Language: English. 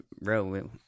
bro